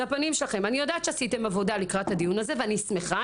אני יודעת שעשיתם עבודה לקראת הדיון הזה ואני שמחה,